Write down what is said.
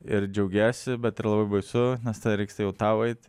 ir džiaugiesi bet ir labai baisu nes tuoj reiks jau tau eiti